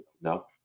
No